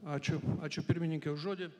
ačiū ačiū pirmininke už žodį